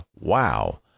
Wow